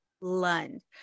Lund